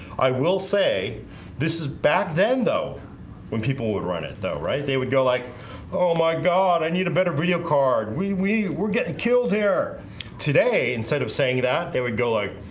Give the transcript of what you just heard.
i will say this is back then though when people would run it though right. they would go like oh my god i need a better video card we we we're getting killed here today instead of saying that they would go like